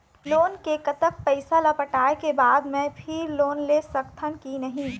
Loan के कतक पैसा ला पटाए के बाद मैं फिर लोन ले सकथन कि नहीं?